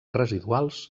residuals